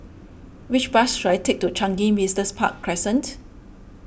which bus should I take to Changi Business Park Crescent